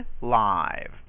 live